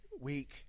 week